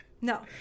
No